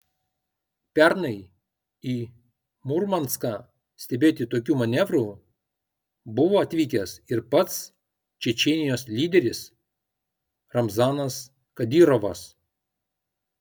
pernai į murmanską stebėti tokių manevrų buvo atvykęs ir pats čečėnijos lyderis ramzanas kadyrovas